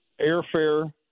airfare